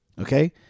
Okay